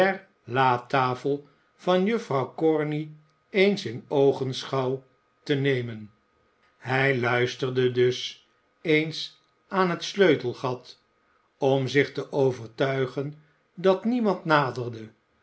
der latafel van juffrouw corney eens in oogenschouw te nemen hij luisterde dus eens aan het sleutelgat om zich te overtuigen dat niemand naderde